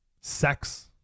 sex